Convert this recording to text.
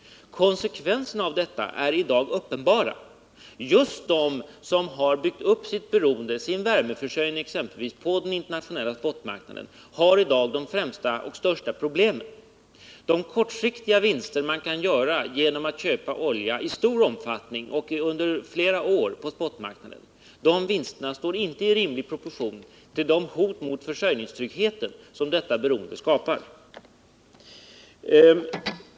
Konsekvenserna härav är i dag uppenbara — just de länder som byggt upp ett beroende, t.ex. för sin värmeförsörjning, av den internationella spot-marknaden har i dag de största problemen. De kortsiktiga vinster man kan göra genom att köpa olja i stor omfattning och under flera år på spot-marknaden står inte i rimlig proportion till de hot mot försörjningstryggheten som detta beroende skapar.